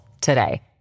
today